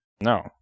no